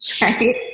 right